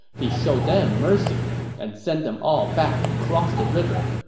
he showed them mercy and sent them all back across the river.